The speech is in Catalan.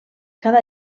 cada